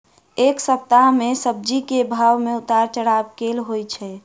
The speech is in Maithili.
एक सप्ताह मे सब्जी केँ भाव मे उतार चढ़ाब केल होइ छै?